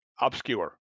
obscure